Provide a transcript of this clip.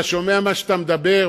אתה שומע מה שאתה מדבר?